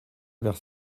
vers